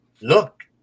look